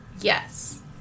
Yes